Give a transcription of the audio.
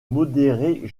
modérés